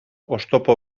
oztopo